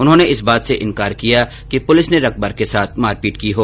उन्होंने इस बात से इनकार किया कि पुलिस ने रकबर के साथ मारपीट की हो